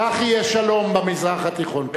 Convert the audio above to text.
כך יהיה שלום במזרח התיכון.